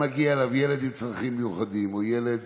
ילד עם צרכים מיוחדים או ילד